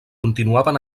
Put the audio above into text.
continuaven